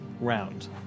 Round